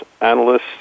analysts